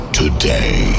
today